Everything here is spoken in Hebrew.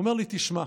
הוא אומר לי: תשמע,